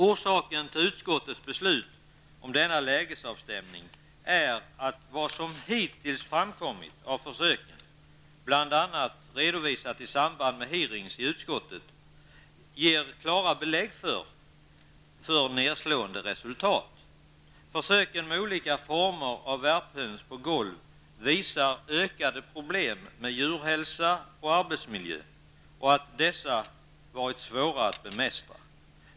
Orsaken till utskottets beslut om denna lägesavstämning är att vad som hittills framkommit av försöken, bl.a. redovisat i samband med utfrågning i utskottet, ger klara belägg för nedslående resultat. Försöken med olika former av värphöns på golv visar ökade problem med djurhälsa och arbetsmiljö samt att dessa varit svåra att bemästra.